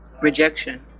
rejection